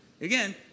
Again